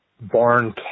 barn